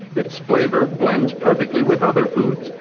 its flavor blends perfectly with other foods,